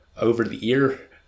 over-the-ear